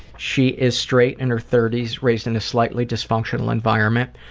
she is straight, in her thirties, raised in a slightly dysfunctional environment,